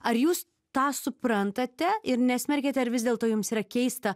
ar jūs tą suprantate ir nesmerkiat ar vis dėlto jums yra keista